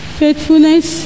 faithfulness